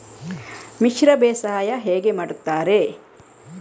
ಮಿಶ್ರ ಬೇಸಾಯ ಹೇಗೆ ಮಾಡುತ್ತಾರೆ?